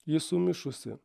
ji sumišusi